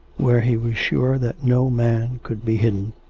where he was sure that no man could be hidden.